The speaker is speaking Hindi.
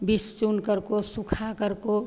बिछ चुनकर को सुखाकर को